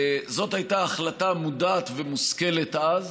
זאת הייתה החלטה מודעת ומושכלת אז,